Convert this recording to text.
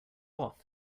off